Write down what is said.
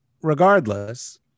regardless